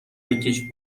بکـش